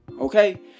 Okay